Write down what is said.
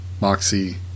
Moxie